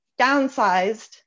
downsized